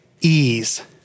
ease